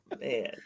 man